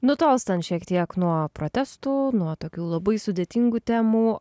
nutolstame šiek tiek nuo protestų nuo tokių labai sudėtingų temų